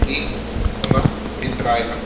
इति मम अभिप्रायः